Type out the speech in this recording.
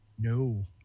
no